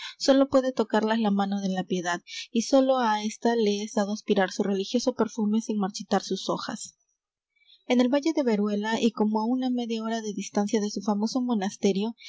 la mano de la piedad y sólo á ésta le es dado aspirar su religioso perfume sin marchitar sus hojas en el valle de veruela y como á una media hora de distancia de su famoso monasterio